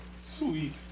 Sweet